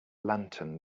lantern